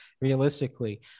realistically